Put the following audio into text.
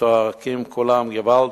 צועקים כולם: געוואלד,